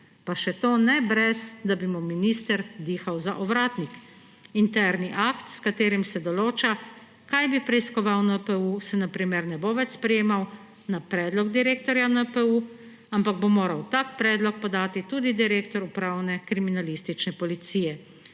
Pa še to ne brez da bi mu minister dihal za ovratnik. Interni akt, s katerim se določa, kaj bi preiskoval NPU, se na primer ne bo več sprejemal na predlog direktorja NPU, ampak bo moral tak predlog podati tudi direktor Upravne kriminalistične policije.